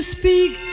speak